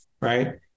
Right